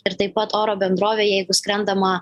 ir taip pat oro bendrovė jeigu skrendama